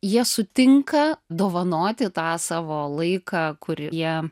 jie sutinka dovanoti tą savo laiką kur jie